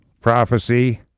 prophecy